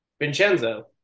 Vincenzo